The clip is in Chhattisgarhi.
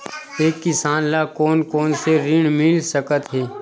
एक किसान ल कोन कोन से ऋण मिल सकथे?